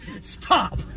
Stop